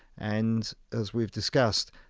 and, as we've discussed,